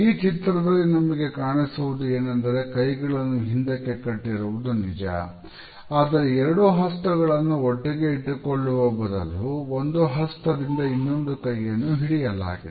ಈ ಚಿತ್ರದಲ್ಲಿ ನಮಗೆ ಕಾಣಿಸುವುದು ಏನೆಂದರೆ ಕೈಗಳನ್ನು ಹಿಂದಕ್ಕೆ ಕಟ್ಟಿರುವುದು ನಿಜ ಆದರೆ ಎರಡು ಹಸ್ತಗಳನ್ನು ಒಟ್ಟಿಗೆ ಇಟ್ಟುಕೊಳ್ಳುವ ಬದಲು ಒಂದು ಹಸ್ತದಿಂದ ಇನ್ನೊಂದು ಕೈಯನ್ನು ಹಿಡಿಯಲಾಗಿದೆ